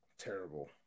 Terrible